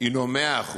הנו 100%,